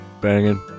Banging